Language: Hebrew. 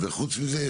וחוץ מזה,